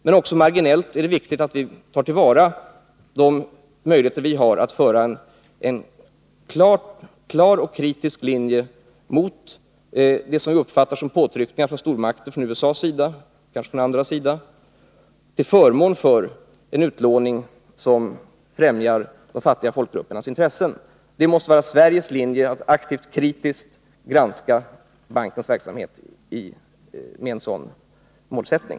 Men också marginellt är det viktigt att vi tar till vara de möjligheter vi har att föra en klar och kritisk linje mot det som vi uppfattar som påtryckningar från stormakter som USA och andra, till förmån för en utlåning som främjar de fattiga folkgruppernas intressen. Det måste vara Sveriges linje att aktivt, kritiskt granska bankens verksamhet med en sådan målsättning.